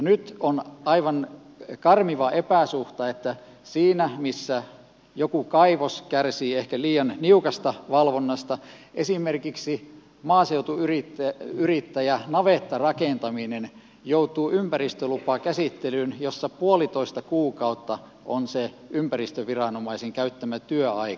nyt on aivan karmiva epäsuhta että siinä missä joku kaivos kärsii ehkä liian niukasta valvonnasta esimerkiksi maaseutuyrittäjä navettarakentaminen joutuu ympäristölupakäsittelyyn jossa puolitoista kuukautta on se ympäristöviranomaisen käyttämä työaika